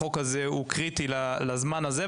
החוק הזה הוא קריטי לזמן הזה,